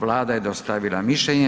Vlada je dostavila mišljenje.